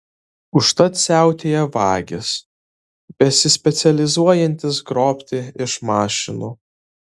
užtat siautėja vagys besispecializuojantys grobti iš mašinų